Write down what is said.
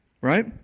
Right